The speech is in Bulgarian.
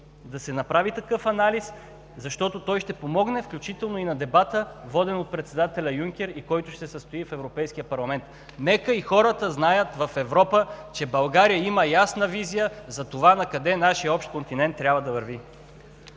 да се направи такъв анализ, защото той ще помогне, включително и на дебата, воден от председателя Юнкер, който ще се състои в Европейския парламент. Нека и хората в Европа знаят, че България има ясна визия за това накъде трябва да върви